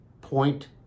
point